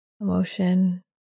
emotion